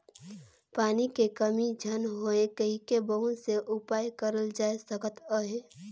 पानी के कमी झन होए कहिके बहुत से उपाय करल जाए सकत अहे